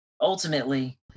Ultimately